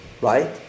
right